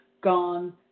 gone